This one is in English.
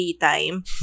time